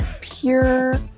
pure